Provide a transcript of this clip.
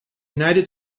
united